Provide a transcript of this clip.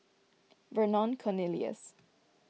Vernon Cornelius